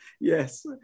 yes